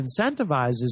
incentivizes